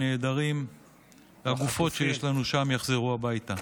הנעדרים והגופות שיש לנו שם יחזרו הביתה.